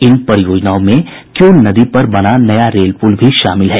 इन परियोजनाओं में क्यूल नदी पर नया रेल पूल भी शामिल है